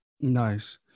Nice